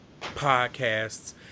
podcasts